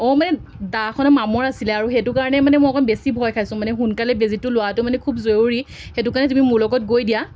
অঁ মানে দাখনত মামৰ আছিলে আৰু সেইটো কাৰণে মানে মই অকণ বেছি ভয় খাইছোঁ মানে সোনকালে বেজিটো লোৱাটো মানে খুব জৰুৰী সেইটো কাৰণে তুমি মোৰ লগত গৈ দিয়া